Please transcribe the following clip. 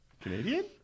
Canadian